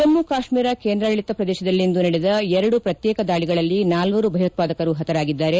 ಜಮ್ಮು ಕಾಶ್ಮೀರ ಕೇಂದ್ರಾಡಳಿತ ಪ್ರದೇಶದಲ್ಲಿಂದು ನಡೆದ ಎರಡು ಪ್ರತ್ಯೇಕ ದಾಳಿಗಳಲ್ಲಿ ನಾಲ್ವರು ಭಯೋತ್ವಾದಕರು ಪತರಾಗಿದ್ದಾರೆ